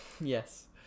Yes